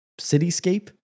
cityscape